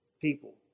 people